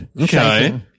Okay